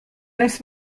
نیست